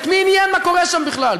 את מי עניין מה קורה שם בכלל?